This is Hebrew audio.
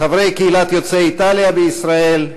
חברי קהילת יוצאי איטליה בישראל,